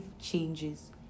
changes